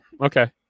Okay